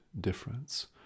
difference